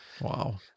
Wow